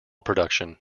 production